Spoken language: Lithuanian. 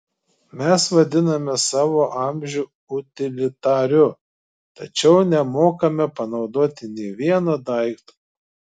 mes vadiname savo amžių utilitariu tačiau nemokame panaudoti nė vieno daikto